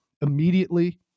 immediately